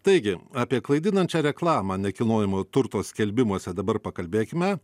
taigi apie klaidinančią reklamą nekilnojamojo turto skelbimuose dabar pakalbėkime